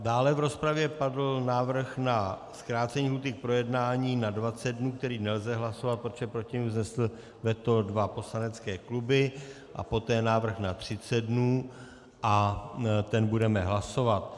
Dále v rozpravě padl návrh na zkrácení lhůty k projednání na 20 dnů, který nelze hlasovat, protože proti němu vznesly veto dva poslanecké kluby, a poté návrh na 30 dnů, a ten budeme hlasovat.